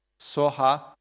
Soha